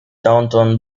downtown